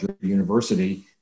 university